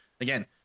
again